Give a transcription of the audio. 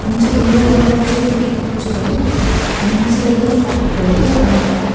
हुन्छ दिदी मेरो अर्डर चाहिँ त्यति पाँचवटा हो अनि मसाला एकदम कम्ती भएको अनि